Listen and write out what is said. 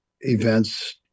events